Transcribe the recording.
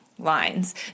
lines